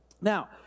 Now